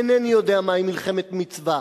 אינני יודע מהי מלחמת מצווה.